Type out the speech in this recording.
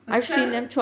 of sudden